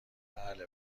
بله